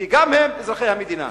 כי גם הם אזרחי המדינה.